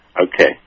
Okay